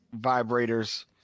vibrators